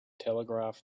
telegraph